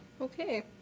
okay